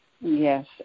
Yes